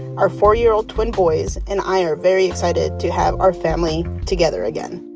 our four year old twin boys and i are very excited to have our family together again